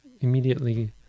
immediately